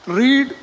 read